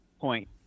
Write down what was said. point